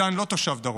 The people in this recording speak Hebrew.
איתן לא תושב הדרום,